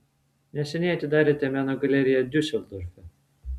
neseniai atidarėte meno galeriją diuseldorfe